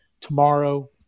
tomorrow